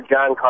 John